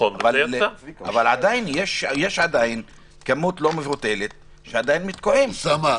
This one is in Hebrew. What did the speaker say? אבל עדיין יש כמות לא מבוטלת ש --- אוסאמה,